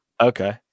Okay